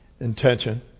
intention